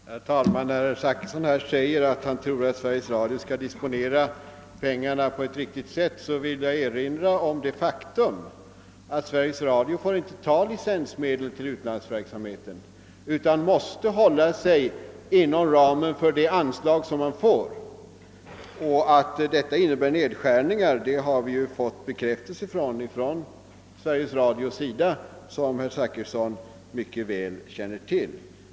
Herr talman! När herr Zachrisson säger att han tror att Sveriges Radio skall disponera pengarna på ett riktigt sätt vill jag erinra om det faktum, att Sveriges Radio inte får ta licensmedel i anspråk för utlandsverksamheten utan måste hålla sig inom ramen för det anslag som lämnas. Att detta innebär nedskärningar har vi fått bekräftelse på från Sveriges Radio, såsom herr Zachrisson mycket väl känner till.